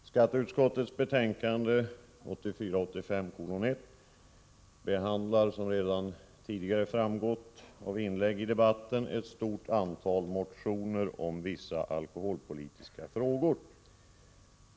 Herr talman! Skatteutskottets betänkande 1984/85:1 behandlar, som redan framgått av tidigare inlägg i debatten, ett stort antal motioner om vissa alkoholpolitiska frågor.